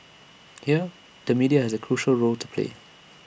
here the media has A crucial role to play